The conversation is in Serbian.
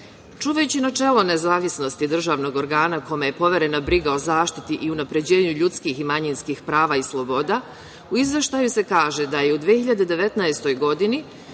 načelo nezavisnosti državnog organa kome je poverena briga o zaštiti i unapređenju ljudskih i manjinskih prava i sloboda, u Izveštaju se kaže da je u 2019. godini